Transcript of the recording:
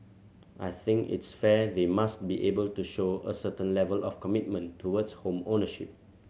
I think it's fair they must be able to show a certain level of commitment towards home ownership